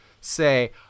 say